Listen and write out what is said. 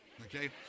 okay